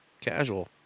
casual